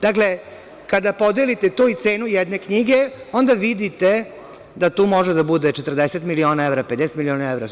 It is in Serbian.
Dakle, kada podelite to i cenu jedne knjige onda vidite da tu može da bude 40 miliona evra, 50 miliona evra.